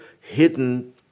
hidden